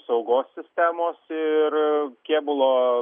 saugos sistemos ir kėbulo